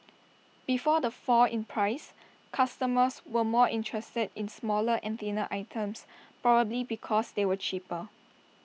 before the fall in prices customers were more interested in smaller and thinner items probably because they were cheaper